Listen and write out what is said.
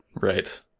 right